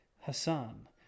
Hassan